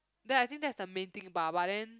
then I think that's the main thing bah but then